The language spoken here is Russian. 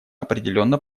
определенно